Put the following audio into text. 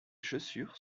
chaussures